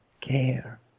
care